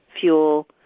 fuel